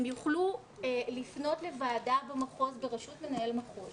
הם יוכלו לפנות לוועדה במחוז בראשות מנהל מחוז